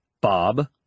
Bob